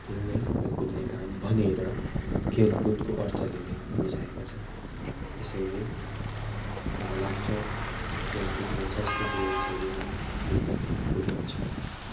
खेल्ने र कुद्ने काम भनिएर खेलकुदको अर्थले नै बुझाएका छन् त्यसैले मलाई लाग्छ खेलकुदले स्वस्थ जीवनशैलीमा योगदान पुऱ्याउँछ